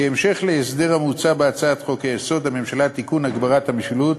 כהמשך להסדר המוצע בהצעת חוק-יסוד: הממשלה (תיקון) (הגברת המשילות).